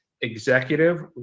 Executive